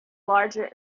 larger